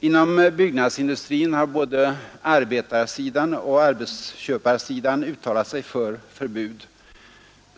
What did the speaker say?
Inom byggnadsindustrin har både arbetarsidan och arbetsköparsidan uttalat sig för förbud.